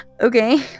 okay